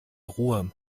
ruhr